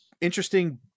interesting